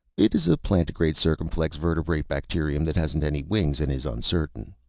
it is a plantigrade circumflex vertebrate bacterium that hasn't any wings and is uncertain.